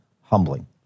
humbling